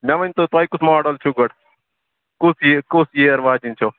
مےٚ ؤنۍتو تۅہہِ کُس ماڈل چھُ گۄڈٕ کُس یِیَر کُس یِیَر واتہِ اِنشل